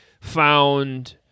found